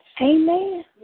Amen